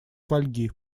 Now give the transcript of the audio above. фольги